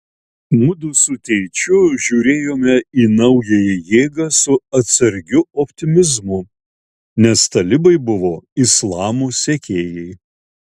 mudu su tėčiu žiūrėjome į naująją jėgą su atsargiu optimizmu nes talibai buvo islamo sekėjai